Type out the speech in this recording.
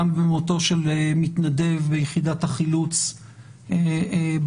גם במותו של מתנדב יחידת החילוץ בגליל.